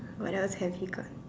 what else has he got